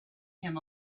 him